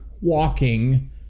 walking